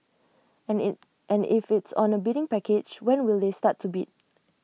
and E and if it's on A bidding package when will they start to be